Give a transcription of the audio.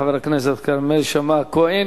חבר הכנסת כרמל שאמה-הכהן.